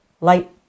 light